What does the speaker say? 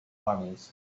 armies